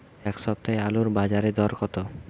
এ সপ্তাহে আলুর বাজারে দর কত?